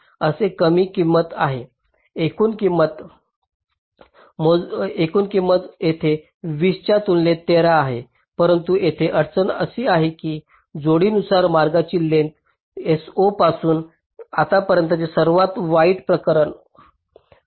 ही कमी किंमत आहे एकूण किंमत येथे 20 च्या तुलनेत 13 आहे परंतु येथे अडचण अशी आहे की जोडीनुसार मार्गाची लेंग्थस S0 पासून आतापर्यंतचे सर्वात वाईट प्रकरण आहे